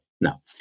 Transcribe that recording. No